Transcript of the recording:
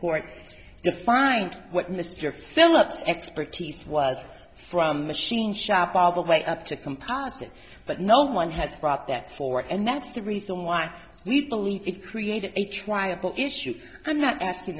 court defined what mr philips expertise was from machine shop all the way up to composite but no one has brought that for and that's the reason why we believe it created a triable issue i'm not asking